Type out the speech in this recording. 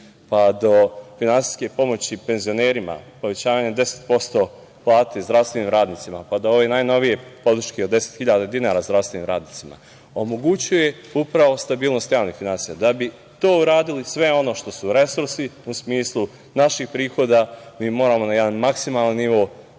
pa do finansijske pomoći penzionerima, povećanje 10% plate zdravstvenim radnicima, pa do ove najnovije podrške od 10.000 dinara zdravstvenim radnicima, omogućuje upravo stabilnost realnih finansija. Da bi to uradili sve ono što su resursi, u smislu naših prihoda, mi moramo na jedan maksimalan nivo